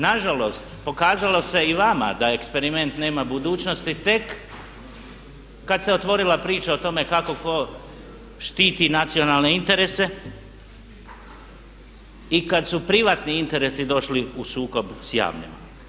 Nažalost pokazalo se i vama da eksperiment nema budućnosti tek kad se otvorila priča o tome kako ko štiti nacionalne interese i kad su privatni interesi došli u sukob s javnim.